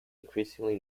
increasingly